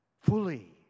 fully